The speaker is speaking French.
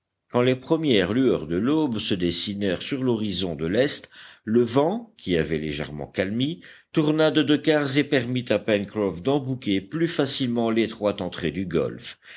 quand les premières lueurs de l'aube se dessinèrent sur l'horizon de l'est le vent qui avait légèrement calmi tourna de deux quarts et permit à pencroff d'embouquer plus facilement l'étroite entrée du golfe